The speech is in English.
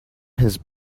his